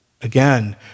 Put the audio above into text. again